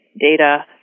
data